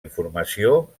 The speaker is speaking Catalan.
informació